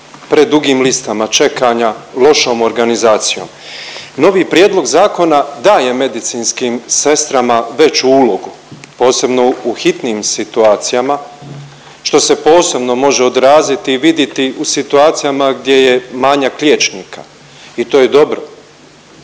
predugim listama čekanja, lošom organizacijom. Novi prijedlog zakona daje medicinskim sestrama veću ulogu, posebno u hitnim situacijama, što se posebno može odraziti i vidjeti u situacijama gdje je manjak liječnika i to je dobro,